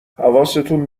حواستون